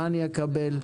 מה אקבל,